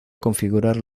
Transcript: configurar